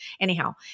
Anyhow